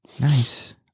Nice